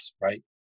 right